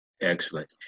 excellent